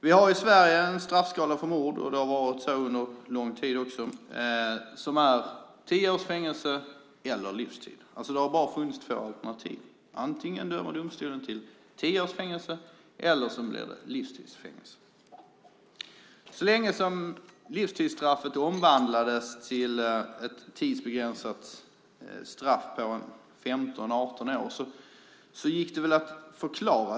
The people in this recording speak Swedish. Vi har i Sverige en straffskala för mord, och det har varit så under lång tid, som innebär tio års fängelse eller livstid. Det har bara funnits två alternativ. Antingen dömer domstolen till tio års fängelse eller till livstids fängelse. Så länge som livstidsstraffet omvandlades till ett tidsbegränsat straff på 15-18 år gick det att förklara.